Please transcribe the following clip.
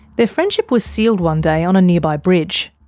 their friendship was sealed one day on a nearby bridge.